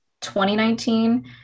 2019